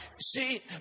See